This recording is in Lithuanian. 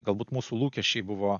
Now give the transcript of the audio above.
galbūt mūsų lūkesčiai buvo